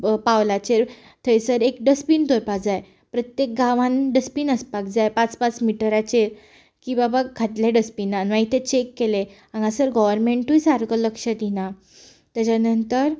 पावलाचेर थंयसर एक डस्टबीन दवरपाक जाय प्रत्येक गांवांत डस्टबीन आसपाक जाय पांच पांच मिटराचेर की बाबा घातलें डस्टबिनान मागीर तें चेक केलें हांगासर गोव्हर्मेंटूय सारको लक्ष दिना तेज्या नंतर